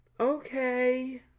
okay